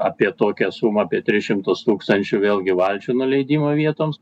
apie tokią sumą apie tris šimtus tūkstančių vėlgi valčių nuleidimo vietoms